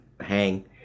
hang